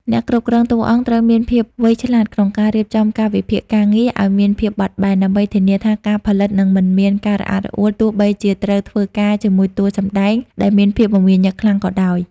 អ្នកគ្រប់គ្រងតួអង្គត្រូវមានភាពវៃឆ្លាតក្នុងការរៀបចំកាលវិភាគការងារឱ្យមានភាពបត់បែន ដើម្បីធានាថាការផលិតនឹងមិនមានការរអាក់រអួលទោះបីជាត្រូវធ្វើការជាមួយតួសម្ដែងដែលមានភាពមមាញឹកខ្លាំងក៏ដោយ។